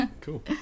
Cool